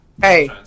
Hey